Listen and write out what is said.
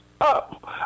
up